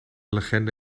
legende